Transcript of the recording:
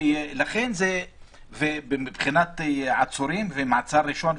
ומבחינת עצורים, מעצר ראשון,